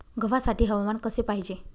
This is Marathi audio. गव्हासाठी हवामान कसे पाहिजे?